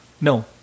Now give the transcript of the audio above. no